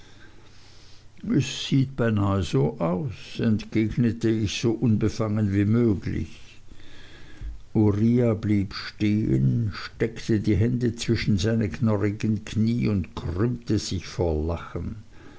sieht beinahe so aus entgegnete ich so unbefangen wie möglich uriah blieb stehen steckte die hände zwischen seine knorrigen kniee und krümmte sich vor lachen